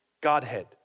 Godhead